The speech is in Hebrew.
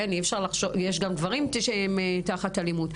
יש גם גברים שהם תחת אלימות,